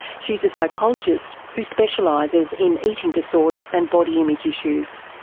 she's a psychologist who specialises in eating disorder and body image issues.